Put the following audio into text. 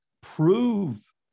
prove